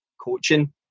coaching